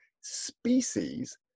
species